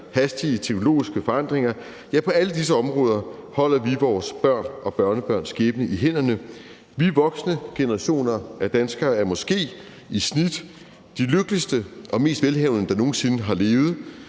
hastige teknologiske forandringer. Ja, på alle disse områder holder vi vores børn og børnebørns skæbne i hænderne. Vi voksne generationer af danskere er måske i snit de lykkeligste og mest velhavende, der nogen sinde har levet,